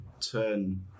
turn